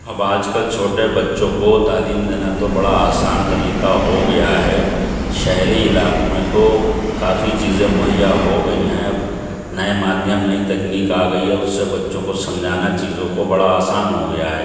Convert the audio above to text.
اب آج کل چھوٹے بچوں کو تعلیم دینا تو بڑا آسان طریقہ ہو گیا ہے شہری علاقوں میں تو کافی چیزیں مہیا ہو گئی ہیں اب نئے مادھیم نئی تکنیک آ گئی ہے اس سے بچوں کو سمجھانا چیزوں کو بڑا آسان ہو گیا ہے